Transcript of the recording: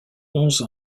onze